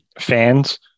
fans